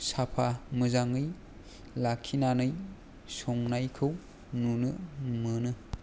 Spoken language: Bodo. साफा मोजाङै लाखिनानै संनायखौ नुनो मोनो